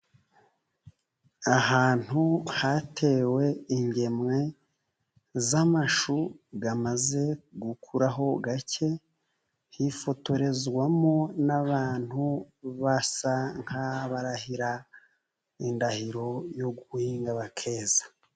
Ahantu hatewe ingemwe z'amashu amaze gukuraho gake, hifotorezwamo n'abantu basa n'abarahira indahiro yo guhinga bakeza.